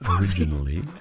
originally